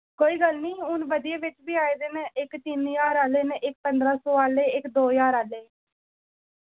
कोई गल्ल नी हु'न बधिया विच वी आए दे न इक तिन ज्हार आह्ले न इक पंदरां सौ आह्ले इक दो ज्हार आह्ले